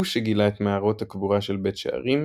שגילה את מערות הקבורה של בית שערים,